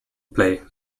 play